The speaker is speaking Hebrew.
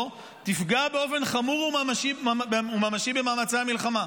תפגע באופן חמור וממשי במאמצי המלחמה.